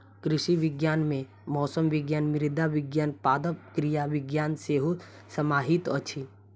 कृषि विज्ञान मे मौसम विज्ञान, मृदा विज्ञान, पादप क्रिया विज्ञान सेहो समाहित अछि